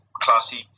Classy